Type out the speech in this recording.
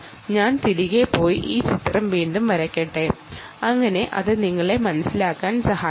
ഞാൻ ഈ ചിത്രം വീണ്ടും വരയ്ക്കട്ടെ അത് നിങ്ങളെ മനസിലാക്കാൻ സഹായിക്കും